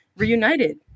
reunited